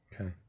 Okay